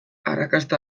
arrakasta